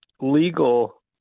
legal